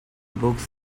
books